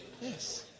Yes